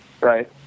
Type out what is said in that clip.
right